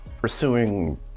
pursuing